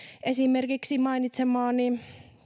esimerkiksi mainitsemaani